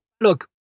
look